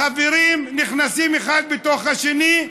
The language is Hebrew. החברים נכנסים אחד בתוך השני,